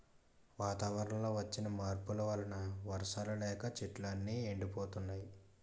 వాతావరణంలో వచ్చిన మార్పుల వలన వర్షాలు లేక చెట్లు అన్నీ ఎండిపోతున్నాయి